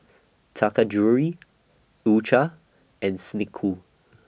Taka Jewelry U Cha and Snek Ku